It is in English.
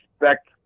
expect